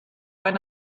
ein